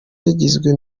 yagizwe